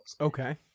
Okay